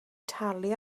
talu